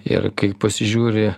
ir kai pasižiūri